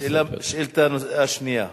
השאילתא השנייה: